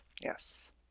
Yes